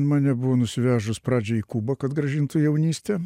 mane buvo nusivežus pradžioj į kubą kad grąžintų jaunystę